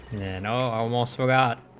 you know almost so that